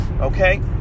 Okay